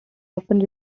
often